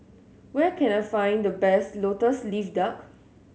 where can I find the best Lotus Leaf Duck